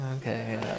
okay